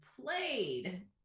played